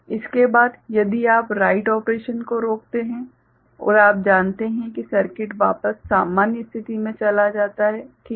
इसके बाद यदि आप राइट ऑपरेशन को रोकते हैं और आप जानते हैं कि सर्किट वापस सामान्य स्थिति मे चला जाता है ठीक है